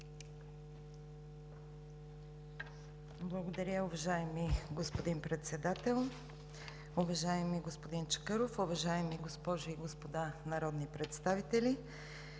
Благодаря, уважаеми господин Председател. Уважаеми господин Чакъров, уважаеми госпожи и господа народни представители!